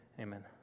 Amen